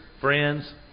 friends